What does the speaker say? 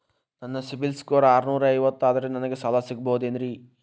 ನನ್ನ ಸಿಬಿಲ್ ಸ್ಕೋರ್ ಆರನೂರ ಐವತ್ತು ಅದರೇ ನನಗೆ ಸಾಲ ಸಿಗಬಹುದೇನ್ರಿ?